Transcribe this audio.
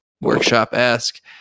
workshop-esque